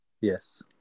Yes